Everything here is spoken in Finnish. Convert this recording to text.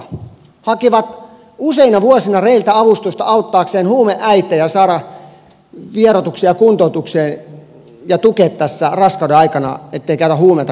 he hakivat useina vuosina rayltä avustusta auttaakseen huumeäitejä saadaksen vieroitukseen ja kuntoutukseen ja tukeakseen tässä raskauden aikana ettei käytä huumeita kun odottaa vauvaa